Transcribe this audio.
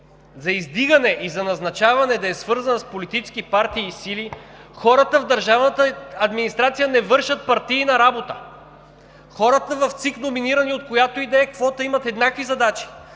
за издигане и за назначаване да е свързана с политически партии и сили, хората в държавната администрация не вършат партийна работа. Хората в ЦИК, номинирани от която й да е квота, имат еднакви задачи.